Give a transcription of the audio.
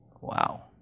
Wow